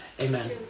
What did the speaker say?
amen